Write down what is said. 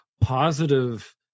positive